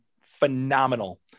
phenomenal